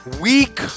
Week